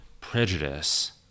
prejudice